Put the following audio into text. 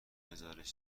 بزارش